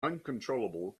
uncontrollable